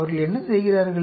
அவர்கள் என்ன செய்கிறார்கள்